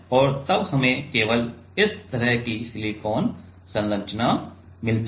और तब हमें केवल इस तरह की सिलिकॉन संरचना मिलती है